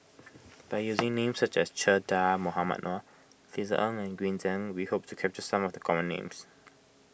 by using names such as Che Dah Mohamed Noor Ng and Green Zeng we hope to capture some of the common names